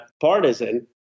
partisan